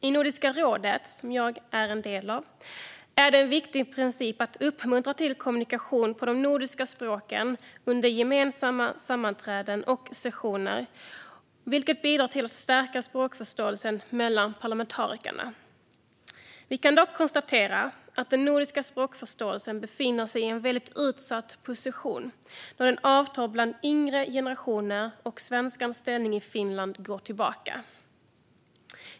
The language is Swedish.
I Nordiska rådet, som jag är en del av, är det en viktig princip att uppmuntra till kommunikation på de nordiska språken under gemensamma sammanträden och sessioner, vilket bidrar till att stärka språkförståelsen mellan parlamentarikerna. Vi kan dock konstatera att den nordiska språkförståelsen befinner sig i en väldigt utsatt position då den avtar bland yngre generationer och svenskans ställning i Finland går tillbaka.